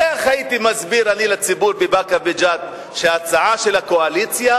איך הייתי מסביר לציבור בבאקה וג'ת שההצעה של הקואליציה,